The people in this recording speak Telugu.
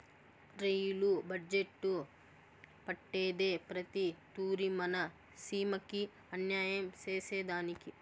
రెయిలు బడ్జెట్టు పెట్టేదే ప్రతి తూరి మన సీమకి అన్యాయం సేసెదానికి